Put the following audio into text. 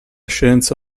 scienza